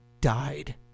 died